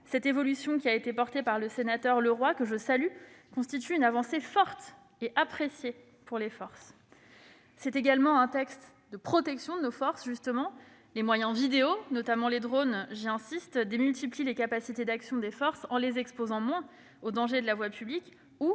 Cette évolution, soutenue par le sénateur Henri Leroy, que je salue, constitue une avancée forte et appréciée. Il s'agit également d'un texte de protection de nos forces. Les moyens vidéo, notamment les drones- j'y insiste -, démultiplient les capacités d'action des forces en les exposant moins aux dangers de voie publique ou